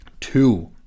Two